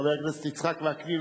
חבר הכנסת יצחק וקנין,